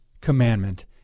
commandment